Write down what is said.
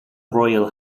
royal